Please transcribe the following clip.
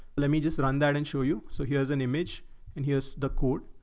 let me just run that and show you. so here is an image and here is the code.